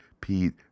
Pete